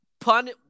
pun